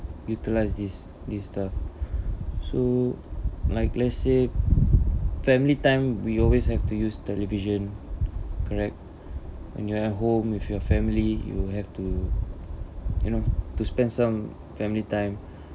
utilize this this the so like let's say family time we always have to use television correct when you're at home with your family you have to you know to spend some family time